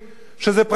וזה השופטים,